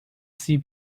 see